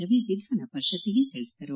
ರವಿ ವಿಧಾನ ಪರಿಷತ್ತಿಗೆ ತಿಳಿಸಿದರು